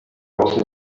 was